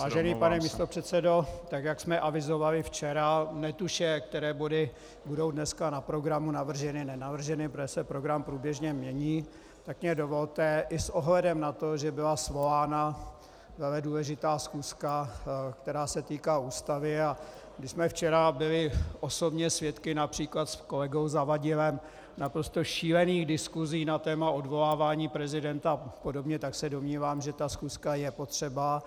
Vážený pane místopředsedo, jak jsme avizovali včera, netušíce, které body budou dneska na programu navrženy, nenavrženy, protože se program průběžně mění, tak mi dovolte i s ohledem na to, že byla svolána veledůležitá schůzka, která se týká Ústavy, a když jsme včera byli osobně svědky například s kolegou Zavadilem naprosto šílených diskusí na téma odvolávání prezidenta a podobně, tak se domnívám, že ta schůzka je potřebná.